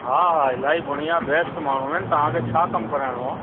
हा हा इलाही बढ़िया बेस्ट माण्हू आहिनि तव्हांखे छा कमु कराइणो आहे